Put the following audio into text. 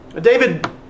David